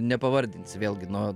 nepavardinsiu vėlgi nuo